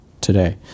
today